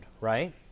right